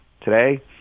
today